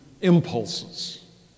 impulses